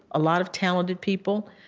a lot of talented people,